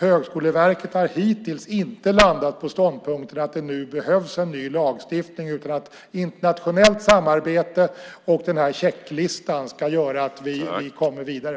Högskoleverket har hittills inte landat i ståndpunkten att det nu behövs ny lagstiftning. Internationellt samarbete och checklistan ska göra att vi kommer vidare.